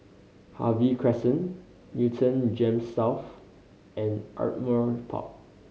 Harvey Crescent Newton GEMS South and Ardmore Park